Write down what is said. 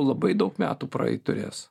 labai daug metų praeit turės